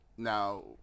Now